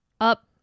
up